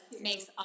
makes